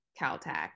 Caltech